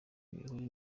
ibihuru